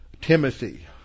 Timothy